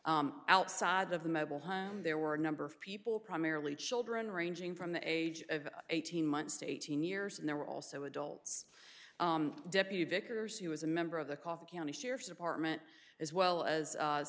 area outside of the mobile home there were a number of people primarily children ranging from the age of eighteen months to eighteen years and there were also adults depute vickers who was a member of the coffee county sheriff's department as well as